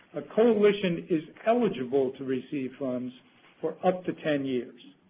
a coalition is eligible to receive funds for up to ten years.